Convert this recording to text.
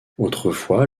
autrefois